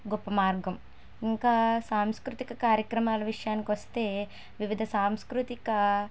గొప్ప మార్గం ఇంకా సాంస్కృతిక కార్యక్రమాల విషయానికి వస్తే వివిధ సాంస్కృతిక